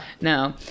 No